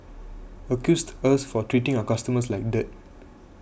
accused us for treating our customers like dirt